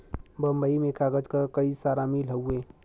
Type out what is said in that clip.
बम्बई में कागज क कई सारा मिल हउवे